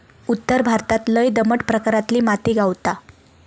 उत्तर भारतात लय दमट प्रकारातली माती गावता